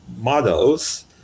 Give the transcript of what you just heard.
models